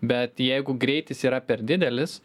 bet jeigu greitis yra per didelis